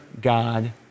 God